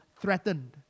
threatened